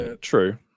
true